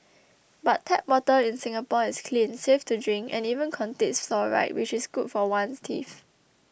but tap water in Singapore is clean safe to drink and even contains fluoride which is good for one's teeth